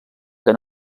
que